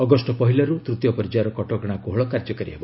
August ପହିଲାରୁ ତୂତୀୟ ପର୍ଯ୍ୟାୟର କଟକଣା କୋହଳ କାର୍ଯ୍ୟକାରୀ ହେବ